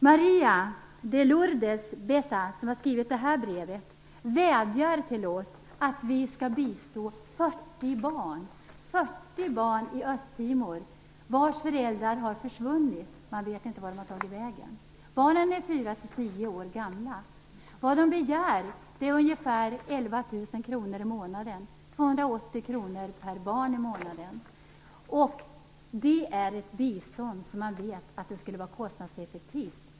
Maria de Lurdes Bessa, som har skrivit brevet, vädjar till oss att vi skall bistå 40 barn i Östtimor, vars föräldrar har försvunnit. Man vet inte vart de har tagit vägen. Barnen är 4-10 år gamla. Vad de begär är ungefär 11 000 kr i månaden, 280 kr per barn i månaden. Det är ett bistånd som man vet skulle vara kostnadseffektivt.